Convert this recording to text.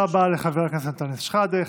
תודה רבה לחבר הכנסת אנטאנס שחאדה.